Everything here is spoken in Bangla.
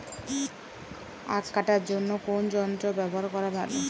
আঁখ কাটার জন্য কোন যন্ত্র ব্যাবহার করা ভালো?